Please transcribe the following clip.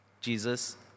Jesus